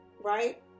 right